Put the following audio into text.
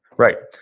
right.